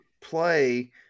play